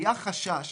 היה חשש